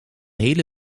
hele